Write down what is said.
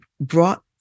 brought